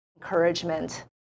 encouragement